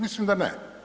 Mislim da ne.